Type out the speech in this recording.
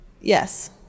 yes